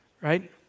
Right